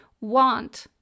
want